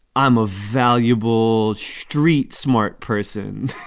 i'm a valuable street smart person